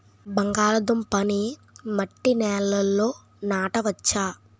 బంగాళదుంప నీ మట్టి నేలల్లో నాట వచ్చా?